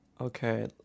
Okay